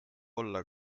olla